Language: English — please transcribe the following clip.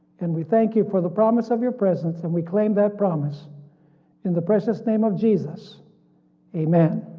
and we thank you for the promise of your presence, and we claim that promise in the precious name of jesus amen.